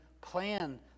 plan